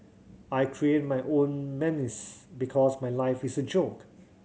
I create my own memes because my life is a joke